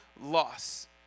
loss